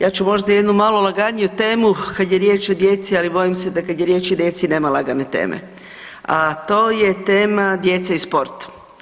Ja ću možda malo laganiju temu kada je riječ o djeci, ali bojim se da kada je riječ o djeci nema lagane teme, a to je tema djeca i sport.